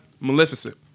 Maleficent